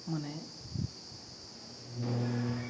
ᱢᱟᱱᱮ